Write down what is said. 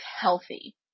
healthy